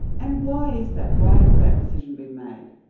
and why is that, why has that decision been made?